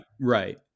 right